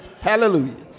Hallelujah